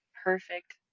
perfect